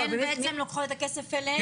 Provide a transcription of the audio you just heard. ובעצם הם לוקחות את הכסף אליהן?